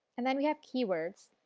and then we have keywords.